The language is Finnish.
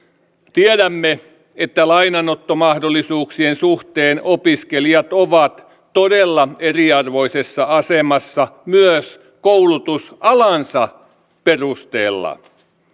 tiedämme että lainanottomahdollisuuksien suhteen opiskelijat ovat todella eriarvoisessa asemassa myös koulutusalansa perusteella